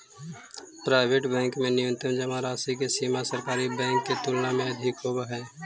private bank में न्यूनतम जमा राशि के सीमा सरकारी बैंक के तुलना में अधिक होवऽ हइ